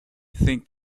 think